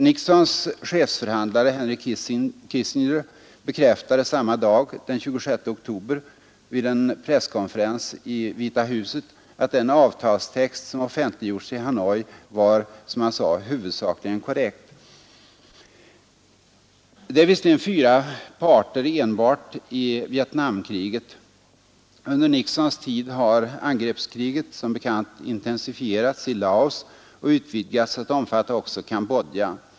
Nixons chefsförhandlare, Henry Kissinger, bekräftade samma dag — den 26 oktober — vid en presskonferens i Vita huset, att den avtalstext som offentliggjorts i Hanoi var ”huvudsakligen korrekt”. Det är visserligen fyra parter enbart i Vietnamkriget. Under Nixons tid har angreppskriget som bekant intensifierats i Laos och utvidgats att omfatta också Cambodja.